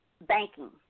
banking